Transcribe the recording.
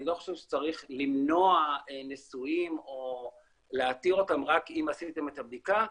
אני לא חושב שצריך למנוע נישואים או להתיר אותם רק אם עשיתם את הבדיקה,